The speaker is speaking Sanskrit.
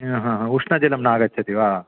आ हा हा उष्णजलं न आगच्छति वा